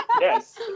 yes